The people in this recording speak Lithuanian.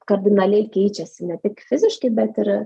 kardinaliai keičiasi ne tik fiziškai bet ir